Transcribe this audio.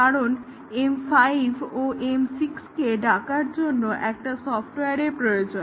কারণ M5 ও M6 কে ডাকার জন্য একটা সফটওয়্যারের প্রয়োজন